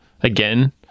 again